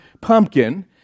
pumpkin